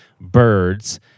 birds